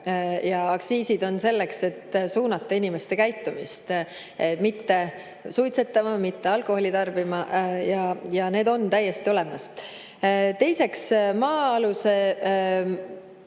Ja aktsiisid on selleks, et suunata inimeste käitumist mitte suitsetama või mitte alkoholi tarbima. Need on täiesti olemas. Teiseks, kodualuse